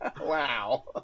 Wow